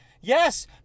yes